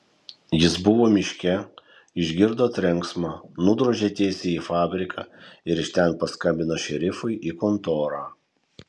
jis buvo miške išgirdo trenksmą nudrožė tiesiai į fabriką ir iš ten paskambino šerifui į kontorą